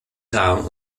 town